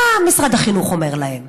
מה משרד החינוך אומר להם?